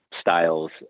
styles